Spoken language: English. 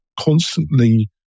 constantly